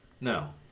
No